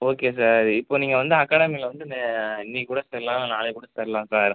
okay sir இப்போ நீங்கள் வந்து அகாடமியில் வந்து இன்றைக்கி கூட சேரலாம் இல்லை நாளைக்கு கூட சேரலாம் சார்